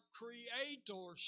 creator